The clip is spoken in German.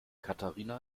katharina